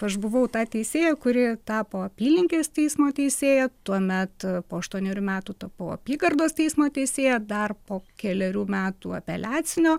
aš buvau ta teisėja kuri tapo apylinkės teismo teisėja tuomet po aštuonerių metų tapau apygardos teismo teisėja dar po kelerių metų apeliacinio